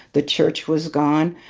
the church was gone.